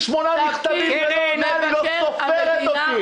אם את היית מקבלת ממני שמונה מכתבים ואת לא סופרת אותי.